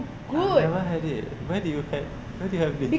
I've never had it where do you had have this